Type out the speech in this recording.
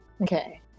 Okay